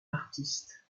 artistes